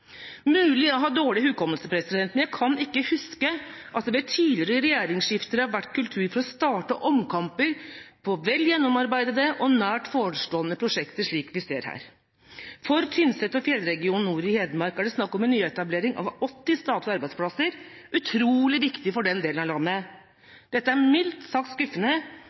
mulig jeg har dårlig hukommelse, men jeg kan ikke huske at det ved tidligere regjeringsskifter har vært kultur for å starte omkamper på vel gjennomarbeidede og nært forestående prosjekter, slik vi ser her. For Tynset og fjellregionen nord i Hedmark er det snakk om en nyetablering av 80 statlige arbeidsplasser – utrolig viktig for den delen av landet. Dette er mildt sagt skuffende,